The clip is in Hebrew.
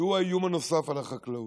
שהוא האיום הנוסף על החקלאות.